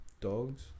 dogs